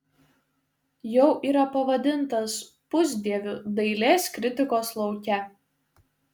jau yra pavadintas pusdieviu dailės kritikos lauke